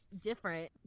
different